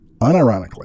unironically